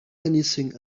anything